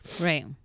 right